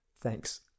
Thanks